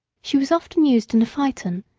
she was often used in the phaeton,